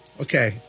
Okay